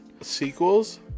sequels